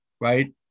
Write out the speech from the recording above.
right